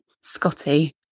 Scotty